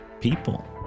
people